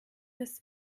ist